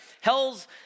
Hell's